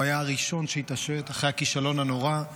הוא היה הראשון שהתעשת אחרי הכישלון הנורא,